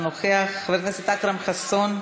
אינו נוכח, חבר הכנסת אכרם חסון,